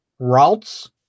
Ralts